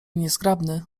niezgrabny